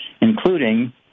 including